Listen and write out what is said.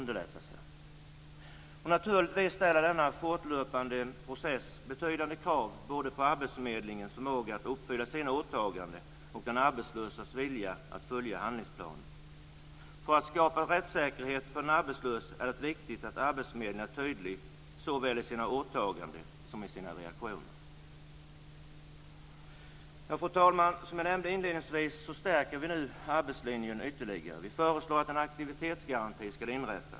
Denna fortlöpande process ställer givetvis betydande krav, både på arbetsförmedlingens förmåga att uppfylla sina åtaganden och på den arbetslöses vilja att följa handlingsplanen. För att man ska kunna skapa rättssäkerhet för de arbetslösa är det viktigt att arbetsförmedlingen är tydlig, såväl i sina åtaganden som i sina reaktioner. Fru talman! Som jag nämnde inledningsvis så stärker vi nu arbetslinjen ytterligare.